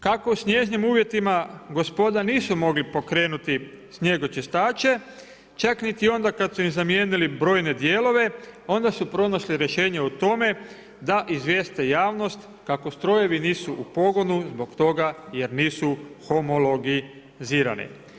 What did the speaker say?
Kako u snježnim uvjetima, gospoda nisu mogli pokrenuti snijegočistače, čak niti onda kada su im zamijenili brojne dijelove, onda su pronašli rješenje o tome, da izvjeste javnost, kako strojevi nisu u pogonu zbog toga jer nisu homologizirani.